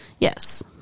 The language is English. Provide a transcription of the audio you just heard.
Yes